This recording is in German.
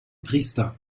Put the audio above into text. priester